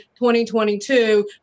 2022